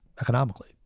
economically